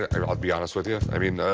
ah i'll be honest with you. i mean,